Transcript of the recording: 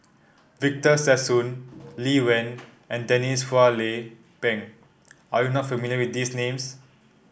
Victor Sassoon Lee Wen and Denise Phua Lay Peng are you not familiar with these names